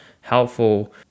helpful